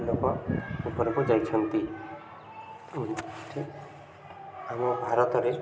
ଲୋକ ଉପରକୁ ଯାଇଛନ୍ତି ଆମ ଭାରତରେ